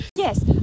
Yes